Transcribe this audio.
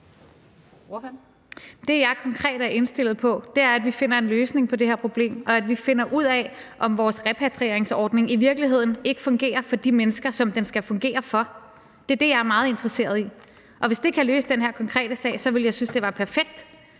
Det, jeg konkret er indstillet på, er, at vi finder en løsning på det her problem, og at vi finder ud af, om vores repatrieringsordning i virkeligheden ikke fungerer for de mennesker, som den skal fungere for. Det er det, jeg er meget interesseret i, og hvis det kan løse den her konkrete sag, ville jeg synes det var perfekt.